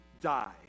die